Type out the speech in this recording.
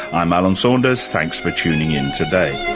i'm alan saunders, thanks for tuning in today.